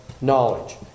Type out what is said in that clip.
knowledge